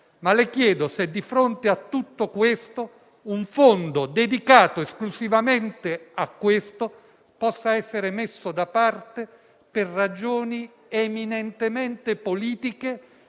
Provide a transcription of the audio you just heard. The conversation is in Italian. ma le chiedo se di fronte a tutto questo un fondo dedicato esclusivamente alla spesa sanitaria possa essere messo da parte per ragioni eminentemente politiche